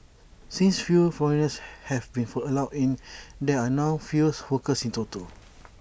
since fewer foreigners have been for allowed in there are now fewer workers in total